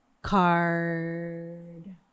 Card